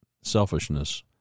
Selfishness